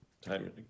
time